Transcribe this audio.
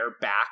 back